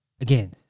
again